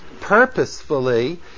purposefully